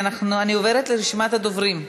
אני עוברת לרשימת הדוברים: